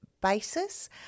basis